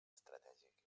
estratègic